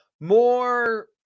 more